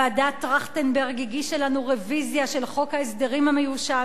ועדת-טרכטנברג הגישה לנו רוויזיה של חוק ההסדרים המיושן,